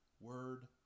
word